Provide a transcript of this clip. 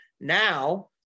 now